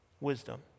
Wisdom